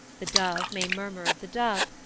the dove may murmur of the dove,